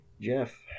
Jeff